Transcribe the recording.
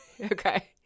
okay